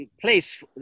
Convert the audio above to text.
place